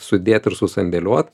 sudėt ir susandėliuot